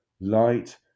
light